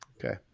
Okay